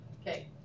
Okay